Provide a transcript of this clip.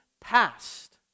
past